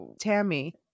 Tammy